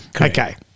Okay